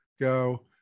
go